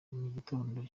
gitondo